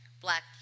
black